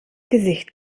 gesicht